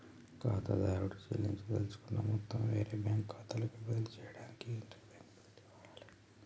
ఖాతాదారుడు చెల్లించదలుచుకున్న మొత్తం వేరే బ్యాంకు ఖాతాలోకి బదిలీ చేయడానికి ఇంటర్బ్యాంక్ బదిలీని వాడాలే